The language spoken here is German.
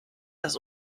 das